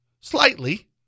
slightly